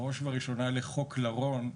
בראש ובראשונה לחוק לרון.